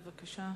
בבקשה.